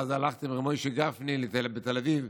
ואז הלכתי לרב משה גפני בתל אביב,